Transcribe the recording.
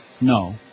No